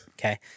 okay